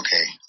Okay